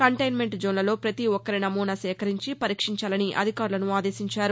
containment జోన్లలో ప్రతి ఒక్కరి నమూనా సేకరించి పరీక్షంచాలని అధికారులను ఆదేశించారు